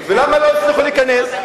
ולמה לא הצליחו להיכנס?